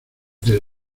del